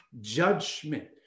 judgment